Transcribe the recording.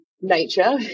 nature